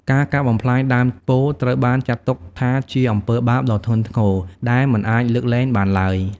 ការកាប់បំផ្លាញដើមពោធិ៍ត្រូវបានចាត់ទុកថាជាអំពើបាបដ៏ធ្ងន់ធ្ងរដែលមិនអាចលើកលែងបានឡើយ។